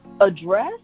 address